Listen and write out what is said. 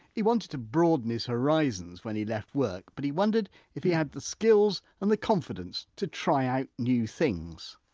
he wanted to broaden his horizons when he left work but he wondered if he had the skills and the confidence to try out new things.